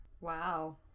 Wow